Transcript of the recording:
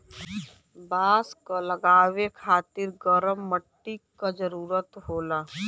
बांस क लगावे खातिर गरम मट्टी क जरूरत होला